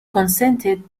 consented